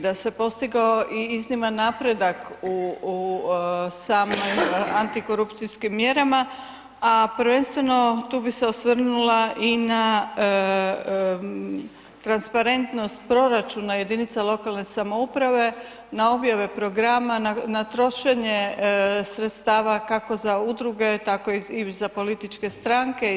Da se postigao i izniman napredak u samoj antikorupcijskim mjerama, a prvenstveno, tu bih se osvrnula i na transparentnost proračuna jedinica lokalne samouprave na objave programa, na trošenje sredstava, kako za udruge, tako i za političke stranke i sl.